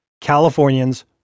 Californians